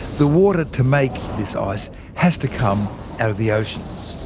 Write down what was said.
the water to make this ice has to come out of the oceans.